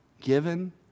given